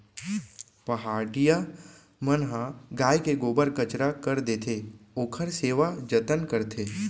पहाटिया मन ह गाय के गोबर कचरा कर देथे, ओखर सेवा जतन करथे